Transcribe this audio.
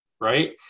right